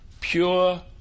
pure